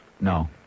No